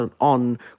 on